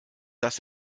dass